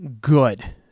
good